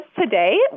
today